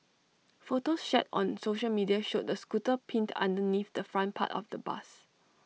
photos shared on social media showed the scooter pinned underneath the front part of the bus